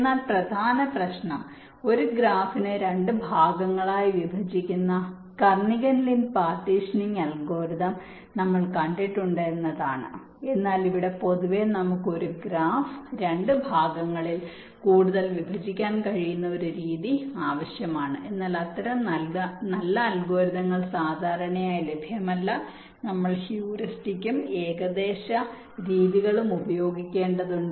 എന്നാൽ പ്രധാന പ്രശ്നം ഒരു ഗ്രാഫിനെ രണ്ട് ഭാഗങ്ങളായി വിഭജിക്കുന്ന കർണിഗൻ ലിൻ പാർട്ടീഷനിംഗ് അൽഗോരിതം നമ്മൾ കണ്ടിട്ടുണ്ട് എന്നതാണ് എന്നാൽ ഇവിടെ പൊതുവെ നമുക്ക് ഒരു ഗ്രാഫ് രണ്ട് ഭാഗങ്ങളിൽ കൂടുതൽ വിഭജിക്കാൻ കഴിയുന്ന ഒരു രീതി ആവശ്യമാണ് എന്നാൽ അത്തരം നല്ല അൽഗോരിതങ്ങൾ സാധാരണയായി ലഭ്യമല്ല നമ്മൾ ഹ്യൂറിസ്റ്റിക്സും ഏകദേശ രീതികളും ഉപയോഗിക്കേണ്ടതുണ്ട്